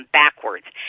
backwards